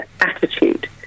attitude